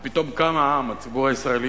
שפתאום קם העם, הציבור הישראלי.